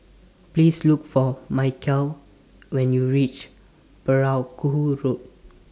Please Look For when YOU REACH Perahu Road